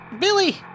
Billy